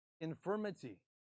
infirmity